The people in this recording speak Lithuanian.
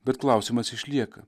bet klausimas išlieka